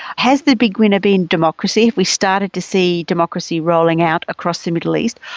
has the big winner been democracy? have we started to see democracy rolling out across the middle east?